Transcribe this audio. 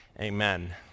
Amen